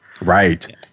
Right